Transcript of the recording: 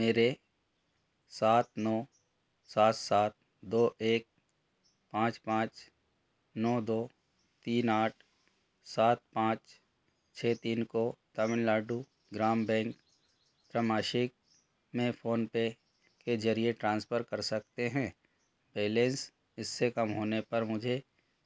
मेरे सात नौ सात सात दो एक पाँच पाँच नौ दो तीन आठ सात पाँच छः तीन को तमिलनाडु ग्राम बैंक समाशिक में फोनपे के ज़रिए ट्रान्सफर कर सकते हैं बेलेंस इससे कम होने पर मुझे